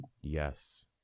yes